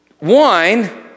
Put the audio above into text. wine